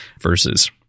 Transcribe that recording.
versus